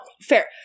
fair